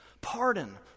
Pardon